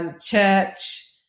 church